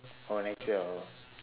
or next year i will